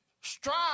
strive